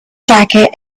jacket